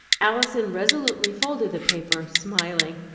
alison resolutely folded the paper, smiling.